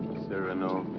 cyrano.